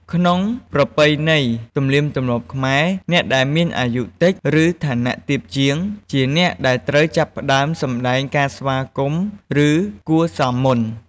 ក្នុងប្រពៃណី ទំនៀមទម្លាប់ខ្មែរ អ្នកដែលមានអាយុតិច ឬឋានៈទាបជាង ជាអ្នកដែលត្រូវចាប់ផ្ដើមសម្ដែងការស្វាគមន៍ ឬគួរសមមុន។